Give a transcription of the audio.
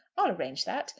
i'll arrange that.